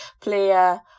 player